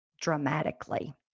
dramatically